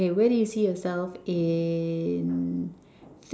okay where do you see yourself in